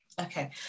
Okay